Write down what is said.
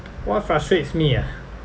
what frustrates me ah